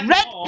Red